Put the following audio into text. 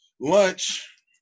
lunch